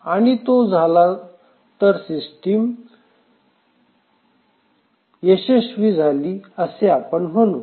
आणि तो नाही झाला तर सिस्टीम अयशस्वी झाली असे आपण म्हणू